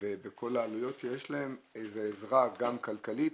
ובכל העלויות שיש להם, עזרה גם כלכלית,